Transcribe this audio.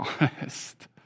honest